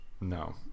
No